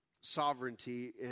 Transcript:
sovereignty